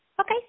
Okay